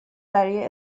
برای